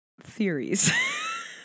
theories